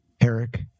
Eric